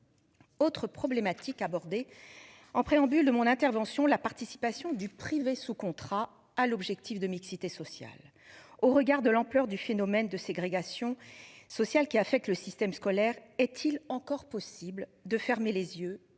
Autre problématique abordée en préambule mon intervention. La participation du privé sous contrat à l'objectif de mixité sociale au regard de l'ampleur du phénomène de ségrégation sociale qui a fait que le système scolaire est-il encore possible de fermer les yeux